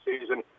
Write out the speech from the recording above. season